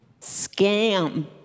Scam